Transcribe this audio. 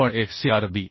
आपण FcRb